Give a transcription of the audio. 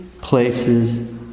places